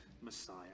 Messiah